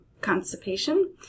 constipation